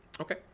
Okay